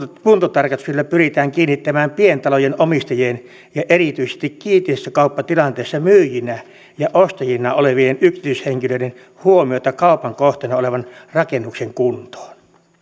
kuntotarkastuksilla pyritään kiinnittämään pientalojen omistajien ja erityisesti kiinteistön kauppatilanteessa myyjinä ja ostajina olevien yksityishenkilöiden huomiota kaupan kohteena olevan rakennuksen kuntoon